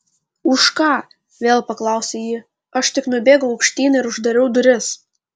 už ką vėl paklausė ji aš tik nubėgau aukštyn ir uždariau duris